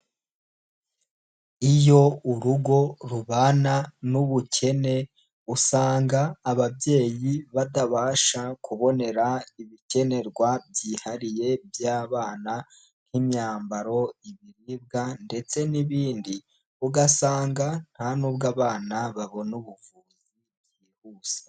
Iyo urugo rubana n'ubukene usanga ababyeyi batabasha kubonera ibikenerwa byihariye by'abana nk'imyambaro, ibiribwa ndetse n'ibindi, ugasanga nta n'ubwo abana babona ubuvuzi byihuse.